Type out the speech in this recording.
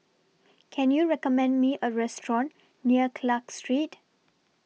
Can YOU recommend Me A Restaurant near Clarke Street